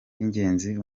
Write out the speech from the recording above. by’ingenzi